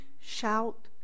shout